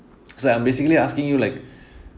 because I'm basically asking you like